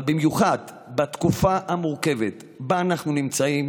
אבל בייחוד בתקופה המורכבת שבה אנחנו נמצאים